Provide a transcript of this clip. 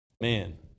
Man